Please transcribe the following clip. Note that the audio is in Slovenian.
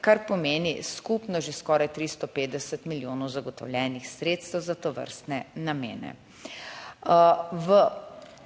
kar pomeni skupno že skoraj 350 milijonov zagotovljenih sredstev za tovrstne namene. V